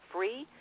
Free